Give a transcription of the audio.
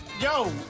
Yo